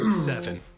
seven